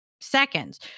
seconds